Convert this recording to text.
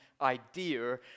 idea